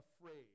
afraid